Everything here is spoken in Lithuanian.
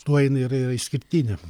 tuo jinai ir yra išskirtinė